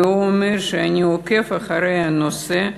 והוא אומר: אני עוקב אחרי הנושא,